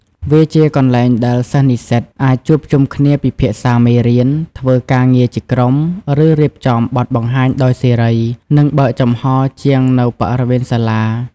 វាជាកន្លែងដែលសិស្សនិស្សិតអាចជួបជុំគ្នាពិភាក្សាមេរៀន ធ្វើការងារជាក្រុម ឬរៀបចំបទបង្ហាញដោយសេរី និងបើកចំហរជាងនៅបរិវេណសាលា។